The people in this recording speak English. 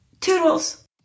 Toodles